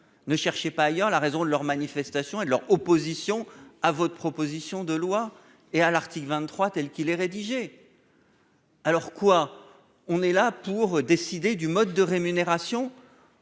ne cherchez pas ailleurs, la raison de leur manifestation et leur opposition à votre proposition de loi et à l'article 23 telle qu'il est rédigé. Alors quoi, on est là pour décider du mode de rémunération.